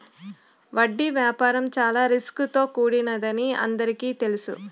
వడ్డీ వ్యాపారం చాలా రిస్క్ తో కూడినదని అందరికీ తెలుసు